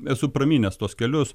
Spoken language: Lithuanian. esu pramynęs tuos kelius